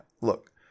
look